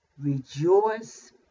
rejoice